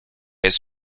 his